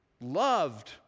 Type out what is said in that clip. loved